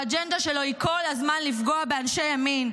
האג'נדה שלו היא כל הזמן לפגוע באנשי ימין,